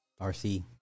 RC